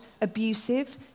abusive